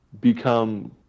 become